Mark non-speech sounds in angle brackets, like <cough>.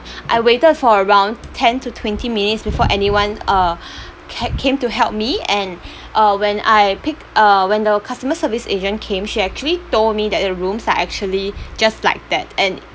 I waited for around ten to twenty minutes before anyone uh <breath> ca~ came to help me and <breath> uh when I picked uh when the customer service agent came she actually told me that the rooms are actually just like that and